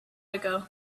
ago